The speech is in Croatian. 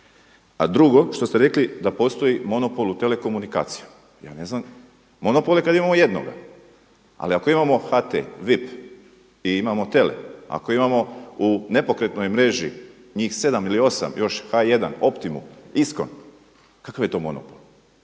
A drugo što ste rekli da postoji monopol u telekomunikacijama. Ja ne znam, monopol je kada imamo jednoga, ali ako imamo HT, VIP i imamo TELE, ako imamo u nepokretnoj mreži njih sedam ili osam još H1, Optimu, Iskon kakva je to monopol?